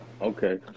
okay